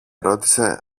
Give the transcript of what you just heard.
ρώτησε